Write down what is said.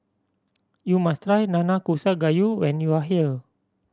you must try Nanakusa Gayu when you are here